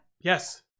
Yes